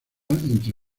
entre